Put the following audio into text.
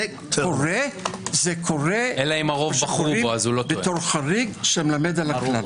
זה קורה בתור חריג שמלמד על הכלל.